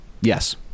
Yes